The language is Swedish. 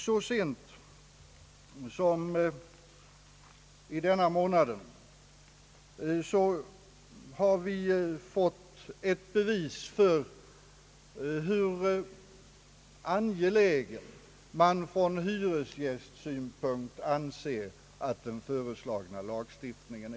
Så sent som i denna månad har vi fått ett bevis för hur angelägen den föreslagna lagstiftningen anses vara från hyresgästsynpunkt.